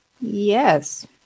Yes